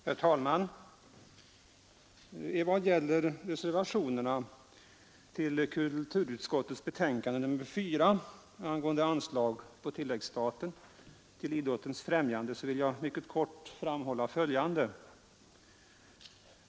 Herr talman! I vad gäller reservationerna till kulturutskottets betänkande nr 4 angående anslag på tilläggsstaten till idrottens främjande vill jag mycket kort framhålla följande.